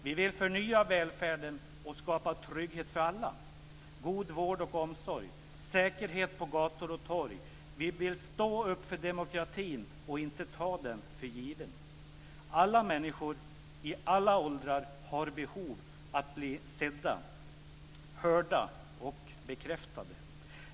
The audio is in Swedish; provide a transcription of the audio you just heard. Vi vill förnya välfärden och skapa trygghet för alla, god vård och omsorg och säkerhet på gator och torg. Vi vill stå upp för demokratin och inte ta den för givet. Alla människor i alla åldrar har behov av att bli sedda, hörda och bekräftade.